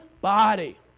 body